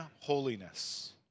holiness